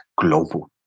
global